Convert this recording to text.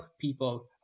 people